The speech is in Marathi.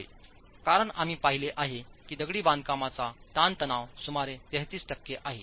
होय कारण आम्ही पाहिले आहे की दगडी बांधकाम चा ताणतणाव सुमारे 33 टक्के आहे